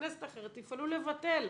בכנסת אחרת תפעלו לבטל.